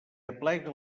aplega